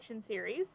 Series